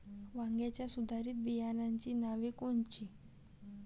वांग्याच्या सुधारित बियाणांची नावे कोनची?